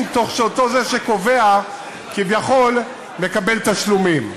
כך שזה שקובע כביכול מקבל תשלומים.